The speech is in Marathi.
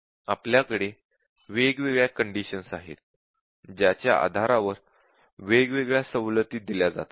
आपल्याकडे वेगवेगळ्या कंडिशन्स आहेत ज्याच्या आधारावर वेगवेगळ्या सवलती दिल्या जातात